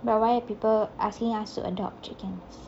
but why are people asking us to adopt chickens